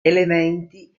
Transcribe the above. elementi